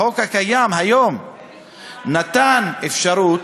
החוק הקיים היום נתן אפשרות,